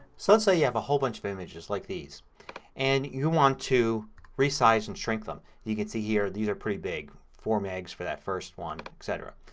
so let's say you have a whole bunch of images like these and you want to resize and shrink them. you can see here these are pretty big. four mg for that first one, etc.